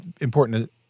important